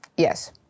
Yes